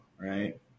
right